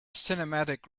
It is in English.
cinematic